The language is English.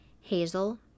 hazel